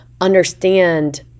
understand